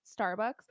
Starbucks